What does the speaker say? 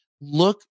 look